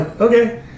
okay